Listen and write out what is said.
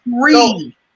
Three